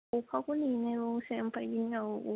अखाखौ नेनो दसे ओमफ्राय बेनि उनाव